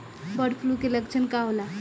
Bird flu के लक्षण का होला?